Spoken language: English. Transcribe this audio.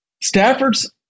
Stafford's